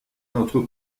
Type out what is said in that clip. notre